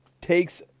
takes